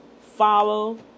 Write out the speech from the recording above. follow